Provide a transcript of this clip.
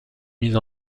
mise